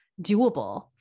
doable